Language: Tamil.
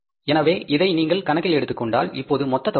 எனவே இதை நீங்கள் கணக்கில் எடுத்துக் கொண்டால் இப்போது மொத்த தொகை என்ன